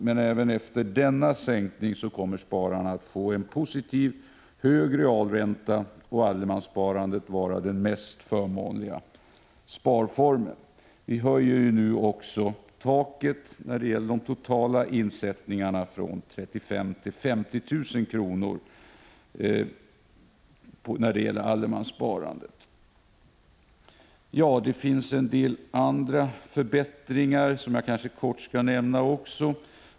Men även efter denna sänkning kommer spararna att få en positiv, hög realränta och allemanssparandet att vara den mest förmånliga sparformen. Vi höjer nu också taket för de totala insättningarna i allemanssparandet från 35 000 till 50 000 kr. Det finns en del andra förbättringar som jag kort skall nämna.